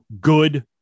good